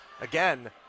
again